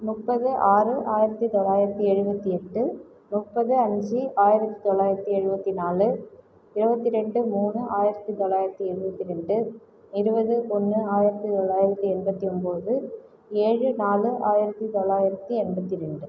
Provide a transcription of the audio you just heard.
முப்பது ஆறு ஆயிரத்து தொள்ளாயிரத்து எழுபத்தி எட்டு முப்பது அஞ்சு ஆயிரத்து தொள்ளாயிரத்து எழுபத்தி நாலு இருபத்தி ரெண்டு மூணு ஆயிரத்து தொள்ளாயிரத்து எழுபத்தி ரெண்டு இருபது ஒன்று ஆயிரத்து தொள்ளாயிரத்து எண்பத்து ஒம்பது ஏழு நாலு ஆயிரத்து தொள்ளாயிரத்து எண்பத்து ரெண்டு